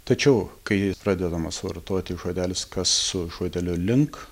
tačiau kai pradedamas vartoti žodelis kas su žodeliu link